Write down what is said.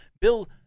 Bill